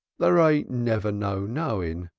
there ain't never no knowing.